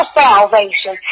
salvation